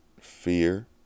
fear